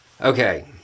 Okay